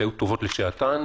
שהיו טובות לשעתן,